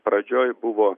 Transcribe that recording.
pradžioj buvo